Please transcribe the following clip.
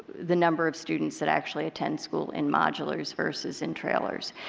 the number of students that actually attend school in modulars versus in trailers.